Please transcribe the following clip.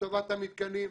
לטובת המתקנים.